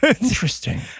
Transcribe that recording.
Interesting